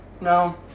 no